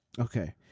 Okay